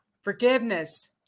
forgiveness